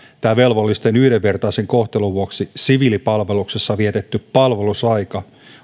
velvollisten yhdenvertaisen kohtelun vuoksi siviilipalveluksessa vietetty palvelusaika